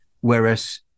Whereas